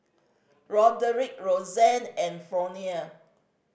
Roderic Rozanne and Fronia